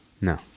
No